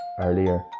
earlier